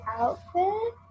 outfit